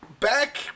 Back